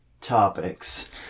topics